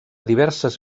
diverses